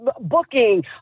booking